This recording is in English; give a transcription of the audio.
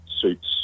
suits